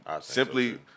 simply